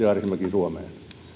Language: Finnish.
suomeen edustaja arhinmäki